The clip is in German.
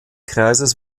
kreises